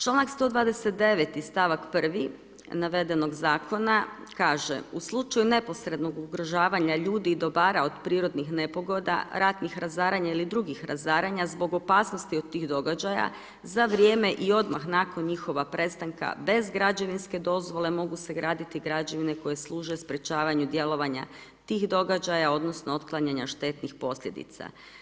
Članak 129. i stavak 1. navedenog zakona kaže, u slučaju neposrednog ugrožavanja ljudi i dobara od prirodnih nepogoda, ratnih razaranja ili drugih razaranja zbog opasnosti od tih događaja za vrijeme i odmah nakon njihova prestanka bez građevinske dozvole mogu se graditi građevine koje služe sprječavanju djelovanja tih događaja odnosno otklanjanja štetnih posljedica.